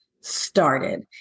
started